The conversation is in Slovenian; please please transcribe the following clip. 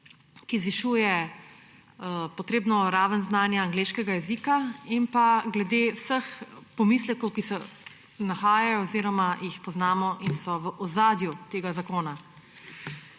ki zvišuje potrebno raven znanja angleškega jezika, in pa glede vseh pomislekov, ki se nahajajo oziroma jih poznamo in so v ozadju tega zakona.